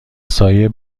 سایه